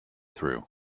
through